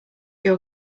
your